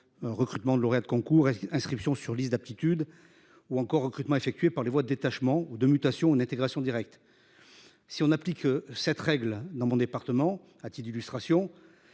Recrutement de lauréats de concours inscription sur liste d'aptitude ou encore recrutements effectués par les voies de détachement ou de mutation une intégration directe. Si on applique cette règle dans mon département a-t-il illustration